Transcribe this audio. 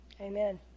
Amen